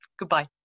Goodbye